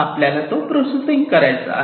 आपल्याला तो प्रोसेसिंग करायचा आहे